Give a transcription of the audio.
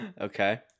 okay